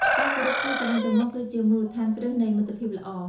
ការគោរពគ្នាទៅវិញទៅមកគឺជាមូលដ្ឋានគ្រឹះនៃមិត្តភាពល្អ។